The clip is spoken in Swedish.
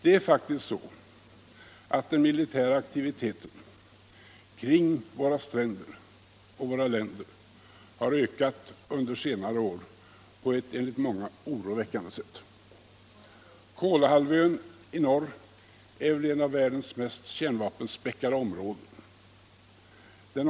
Det är faktiskt så att den militära aktiviteten kring våra stränder och våra länder har ökat under senare år på ett enligt många oroväckande sätt. Kolahalvön i norr är väl ett av världens mest kärnvapenspäckade områden.